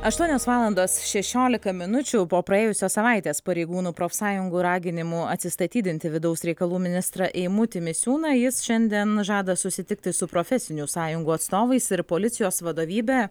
aštuonios valandos šešiolika minučių po praėjusios savaitės pareigūnų profsąjungų raginimų atsistatydinti vidaus reikalų ministrą eimutį misiūną jis šiandien žada susitikti su profesinių sąjungų atstovais ir policijos vadovybe